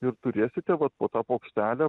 ir turėsite vat po tą puokštelę